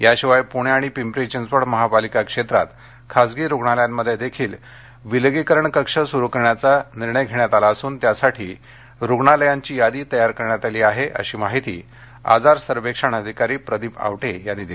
या शिवाय पृणे आणि पिंपरी चिंचवड महापालिका क्षेत्रात खाजगी रुग्णालयांमध्ये देखील विलगीकरण कक्ष सुरु करण्याचा निर्णय घेण्यात आला असून त्यासाठी रुग्णालयांची यादी तयार करण्यात आली आहे अशी माहिती आजार सर्वेक्षण अधिकारी प्रदीप आवटे यांनी दिली